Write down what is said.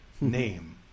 name